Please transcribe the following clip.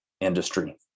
industry